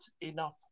enough